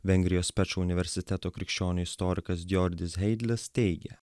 vengrijos pečo universiteto krikščionių istorikas diordis heidlis teigė